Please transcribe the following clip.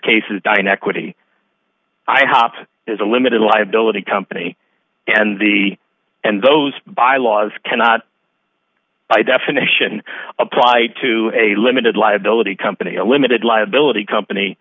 case is dying equity i hop is a limited liability company and the and those bylaws cannot by definition apply to a limited liability company a limited liability company